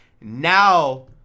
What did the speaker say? now